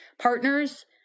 partners